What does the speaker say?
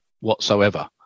whatsoever